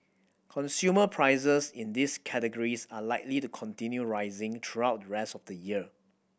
consumer prices in these categories are likely to continue rising throughout the rest of the year